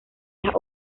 las